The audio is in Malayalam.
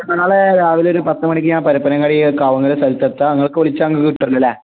അപ്പോൾ നാളെ രാവിലെ ഒരു പത്ത് മണിക്ക് ഞാൻ പരപ്പനങ്ങാടിയിൽ കാവുങ്ങൽ സ്ഥലത്ത് എത്താം നിങ്ങൾക്ക് വിളിച്ചാൽ നിങ്ങൾക്ക് കിട്ടുമല്ലോ അല്ലേ